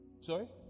Sorry